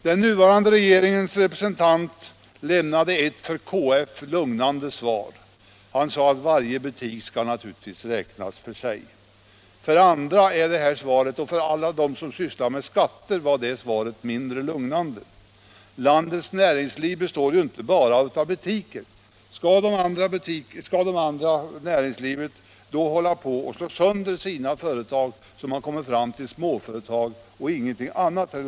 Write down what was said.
Den nuvarande regeringens representant lämnade ett för KF lugnande svar. Han sade att varje butik naturligtvis skall räknas för sig. För andra och för dem som sysslar med skatter var detta svar mindre lugnande. Landets näringsliv består ju inte bara av butiker. Är det meningen att näringslivet skall slås sönder i mindre företag så att det bara består av småföretag och ingenting annat?